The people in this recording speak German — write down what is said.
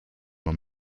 man